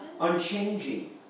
Unchanging